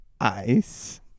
Ice